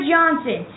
Johnson